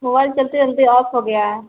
mobile چلتے چلتے off ہو گیا ہے